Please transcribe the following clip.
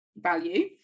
value